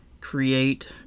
create